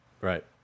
Right